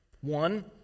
One